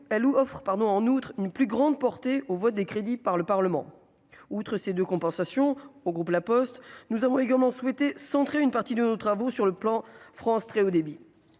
pardon en outre une plus grande portée au vote des crédits par le Parlement, outre ces 2 compensation au groupe La Poste, nous avons également souhaité centre une partie de nos travaux sur le plan France très haut débit,